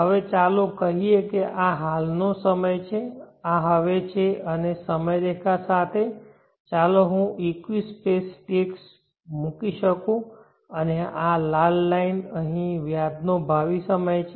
હવે ચાલો કહીએ કે આ હાલનો સમય છે આ હવે છે અને સમયરેખા સાથે ચાલો હું ઇક્વિ સ્પેસ ટિક્સ મૂકી શકું અને આ લાલ લાઇન અહીં વ્યાજ નો ભાવિ સમય છે